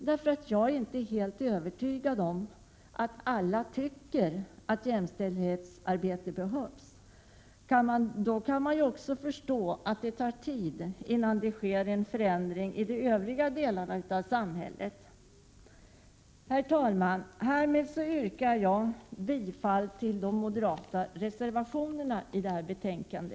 Jag är nämligen inte helt övertygad om att alla tycker att jämställdhetsarbete behövs. Då kan man ju också förstå att det tar tid innan det sker en förändring i de övriga delarna av samhället. Herr talman! Jag yrkar härmed bifall till de moderata reservationerna till detta betänkande.